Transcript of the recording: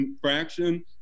fraction